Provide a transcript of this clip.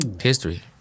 History